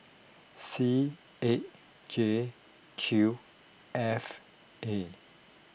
C eight J Q F A